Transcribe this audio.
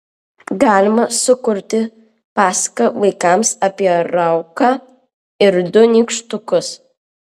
galima sukurti pasaką vaikams apie rauką ir du nykštukus